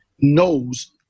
knows